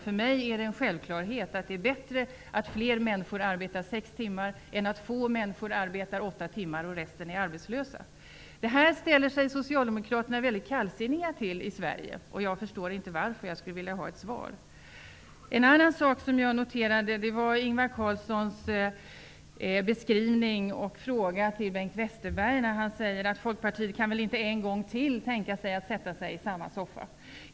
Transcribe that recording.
För mig är det en självklarhet att det är bättre att fler människor arbetar sex timmar än att få arbetar åtta timmar och resten är arbetslösa. Detta ställer sig Socialdemokraterna i Sverige väldigt kallsinniga till. Jag förstår inte varför. Jag skulle vilja ha ett svar. En annan sak som jag vill ta upp är Ingvar Carlssons fråga till Bengt Westerbeg, där han säger att Folkpartiet väl inte kan tänka sig att ännu en gång sätta sig i samma soffa med den här regeringen.